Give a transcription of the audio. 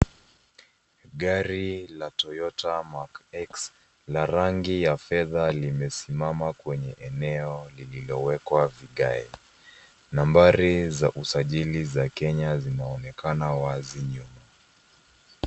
Gari la toyota mark x la rangi ya fedha limesimama kwenye eneo lililowekwa vigae. Nambari za usajili za kenya zinaonekana wazi nyuma.